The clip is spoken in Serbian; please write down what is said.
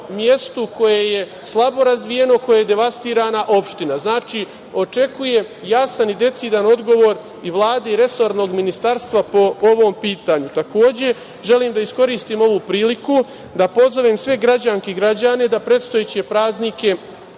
koje je slabo razvijeno, koje je devastirana opština. Očekujem jasan i decidan odgovor Vlade i resornog ministarstva po ovom pitanju. Takođe želim da iskoristim ovu priliku da pozovem sve građane i građanke da predstojeće praznike